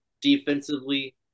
defensively